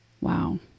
Wow